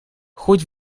хоть